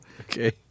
Okay